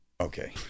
Okay